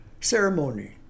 ceremony